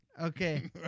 Okay